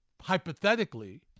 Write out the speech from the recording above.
hypothetically